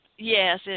Yes